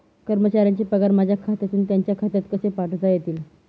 कर्मचाऱ्यांचे पगार माझ्या खात्यातून त्यांच्या खात्यात कसे पाठवता येतील?